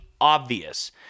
obvious